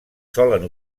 solen